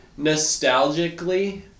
nostalgically